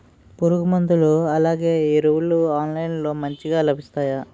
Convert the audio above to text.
పురుగు మందులు అలానే ఎరువులు ఆన్లైన్ లో మంచిగా లభిస్తాయ?